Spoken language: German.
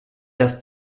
dass